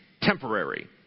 temporary